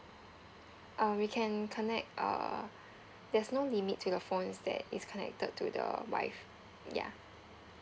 uh we can connect uh there's no limit to your phones that is connected to the WIF~ ya